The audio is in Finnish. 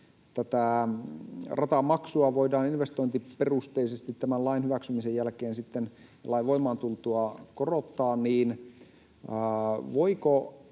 ratamaksua voidaan investointiperusteisesti tämän lain hyväksymisen jälkeen sitten lain tultua voimaan korottaa, niin voivatko